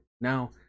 Now